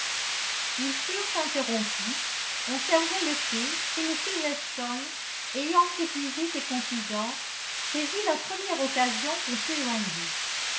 ils furent interrompus on servait le thé et m weston ayant épuisé ses confidences saisit la première occasion pour s'éloigner